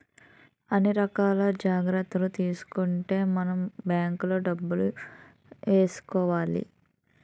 అన్ని రకాల జాగ్రత్తలు తీసుకుంటేనే మనం బాంకులో డబ్బులు ఏసుకోవాలి